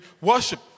Worship